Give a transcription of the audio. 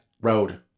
road